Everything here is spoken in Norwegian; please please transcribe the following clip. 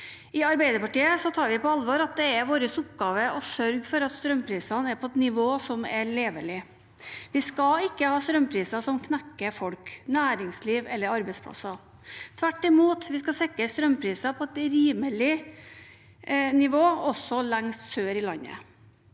I Arbeiderpartiet tar vi på alvor at det er vår oppgave å sørge for at strømprisene er på et nivå som er levelig. Vi skal ikke ha strømpriser som knekker folk, næringsliv eller arbeidsplasser. Tvert imot skal vi sikre strømpriser på et rimelig nivå, også lengst sør i landet.